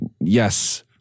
yes